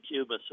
Cuba